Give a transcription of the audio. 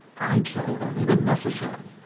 i kill only when necessary.